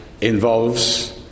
involves